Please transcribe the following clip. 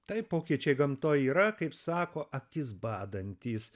taip pokyčiai gamtoj yra kaip sako akis badantys